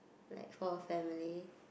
like for a family